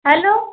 hello